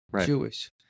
Jewish